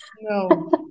No